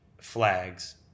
flags